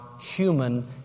human